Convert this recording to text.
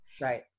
Right